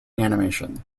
animation